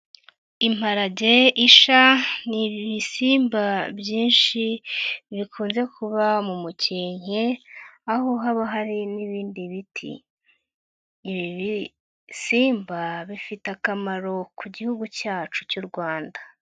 Imparage, isha, ni ibisimba byinshi bikunze kuba mu mukenke aho haba hari n'ibindi biti, ibisimba bifite akamaro ku gihugu cyacu cy'u Rwanda.